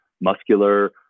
muscular